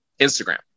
instagram